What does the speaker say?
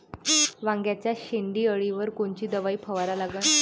वांग्याच्या शेंडी अळीवर कोनची दवाई फवारा लागन?